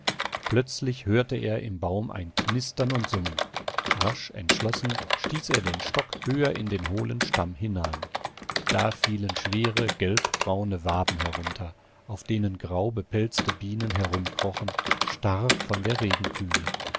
plötzlich hörte er im baum ein knistern und summen rasch entschlossen stieß er den stock höher in den hohlen stamm hinein da fielen schwere gelbbraune waben herunter auf denen graubepelzte bienen herumkrochen starr von der regenkühle